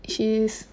she's